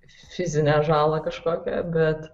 fizinę žalą kažkokią bet